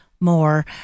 More